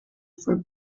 for